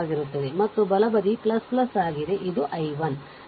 ಮತ್ತು ಬಲ ಬದಿ ಆಗಿದೆಇದು i 1